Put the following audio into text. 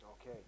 Okay